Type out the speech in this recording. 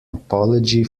apology